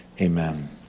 Amen